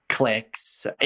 clicks